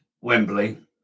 Wembley